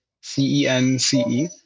C-E-N-C-E